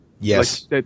Yes